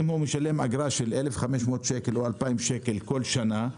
אם הוא משלם אגרה של 1,500 שקל או 2,000 שקל כל שנה,